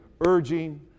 urging